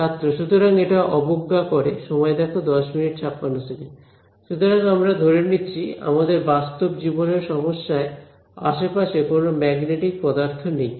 ছাত্র সুতরাং এটা অবজ্ঞা করে সুতরাং আমরা ধরে নিচ্ছি আমাদের বাস্তব জীবনের সমস্যায় আশেপাশে কোন ম্যাগনেটিক পদার্থ নেই